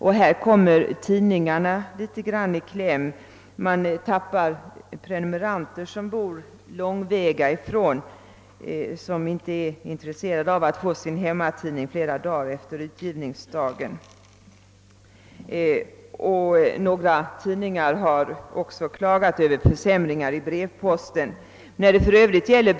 Härvid kommer tidningarna i kläm; de tappar prenumeranter som bor långt bort och inte är intresserade av att få sin hemmatidning flera dagar efter utgivningsdagen. Några tidningar har också klagat över förseningar i fråga om brevposten.